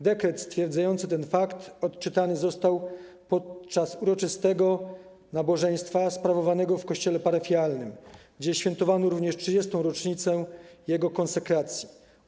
Dekret stwierdzający ten fakt odczytany został podczas uroczystego nabożeństwa sprawowanego w kościele parafialnym, gdzie świętowano również 30. rocznicę konsekracji świątyni.